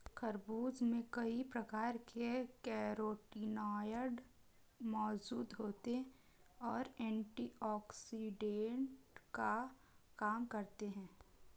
खरबूज में कई प्रकार के कैरोटीनॉयड मौजूद होते और एंटीऑक्सिडेंट का काम करते हैं